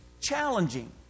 challenging